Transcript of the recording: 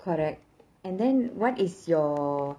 correct and then what is your